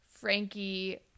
Frankie